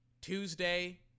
Tuesday